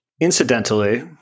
Incidentally